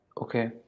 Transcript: Okay